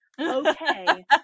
Okay